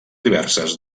diverses